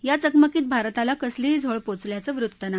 या चकमकीत भारताला कसलीही झळ पोचल्याचं वृत्त नाही